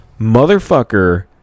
motherfucker